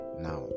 now